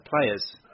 players